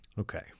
okay